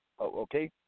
okay